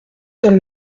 seule